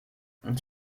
ich